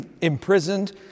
imprisoned